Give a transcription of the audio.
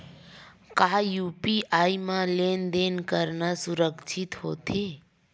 का यू.पी.आई म लेन देन करना सुरक्षित होथे?